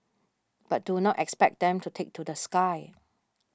but do not expect them to take to the sky